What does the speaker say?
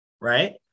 right